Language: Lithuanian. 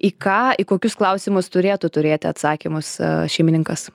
į ką į kokius klausimus turėtų turėti atsakymus šeimininkas